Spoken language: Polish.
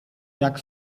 jak